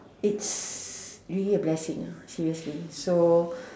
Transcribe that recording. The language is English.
it's really a blessing uh seriously so